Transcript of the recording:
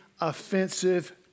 offensive